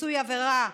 פיצוי עבירה,